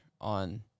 on